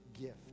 gift